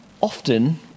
Often